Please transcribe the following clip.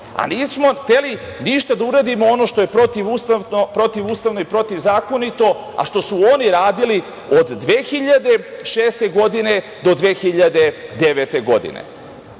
Nismo hteli ništa da uradimo ono što je protivustavno i protivzakonito, a što su oni radili od 2006. godine do 2009. godine. Godinu